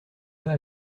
pas